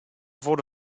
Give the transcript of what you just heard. wurde